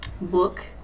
book